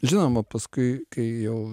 žinoma paskui kai jau